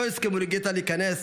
לא יזכה מולוגטה להיכנס.